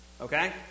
Okay